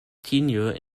tenure